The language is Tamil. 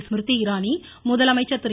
ஸ்மிருதி இராணி முதலமைச்சர் திரு